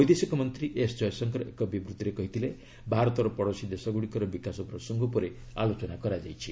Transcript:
ବୈଦେଶିକ ମନ୍ତ୍ରୀ ଏସ୍ ଜୟଶଙ୍କର ଏକ ବିବୃତ୍ତିରେ କହିଥିଲେ ଭାରତର ପଡ଼ୋଶୀ ଦେଶଗୁଡ଼ିକର ବିକାଶ ପ୍ରସଙ୍ଗ ଉପରେ ଆଲୋଚନା ହୋଇଛି